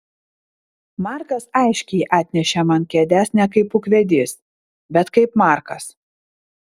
markas aiškiai atnešė man kėdes ne kaip ūkvedys bet kaip markas